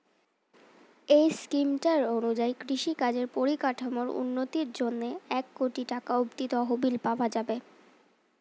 এই স্কিমটার অনুযায়ী কৃষিকাজের পরিকাঠামোর উন্নতির জন্যে এক কোটি টাকা অব্দি তহবিল পাওয়া যাবে